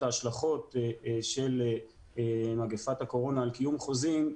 ההשלכות של מגפת הקורונה על קיום חוזים,